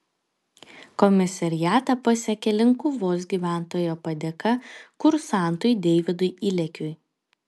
komisariatą pasiekė linkuvos gyventojo padėka kursantui deividui ilekiui